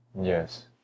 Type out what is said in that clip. Yes